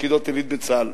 ביחידות עילית בצה"ל.